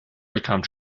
bekam